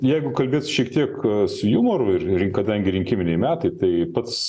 jeigu kalbėt šiek tiek su jumoru ir ir kadangi rinkiminiai metai tai pats